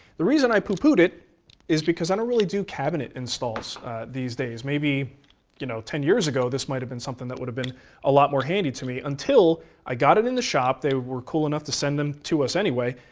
the reason i poo poo'd it is because i don't really do cabinet installs these days. maybe you know ten years ago this would have been something that would have been a lot more handy to me, until i got it in the shop. they were cool enough to send them to us anyway,